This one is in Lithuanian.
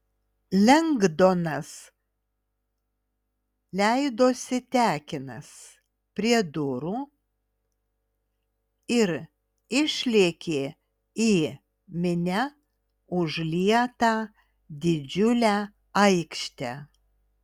lengdonas leidosi tekinas prie durų ir išlėkė į minia užlietą didžiulę aikštę